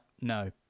no